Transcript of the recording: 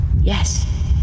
Yes